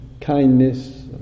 kindness